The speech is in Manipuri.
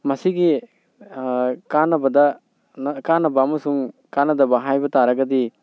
ꯃꯁꯤꯒꯤ ꯀꯥꯟꯅꯕꯗ ꯀꯥꯟꯅꯕ ꯑꯃꯁꯨꯡ ꯀꯥꯟꯅꯗꯕ ꯍꯥꯏꯕ ꯇꯥꯔꯒꯗꯤ